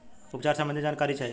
उपचार सबंधी जानकारी चाही?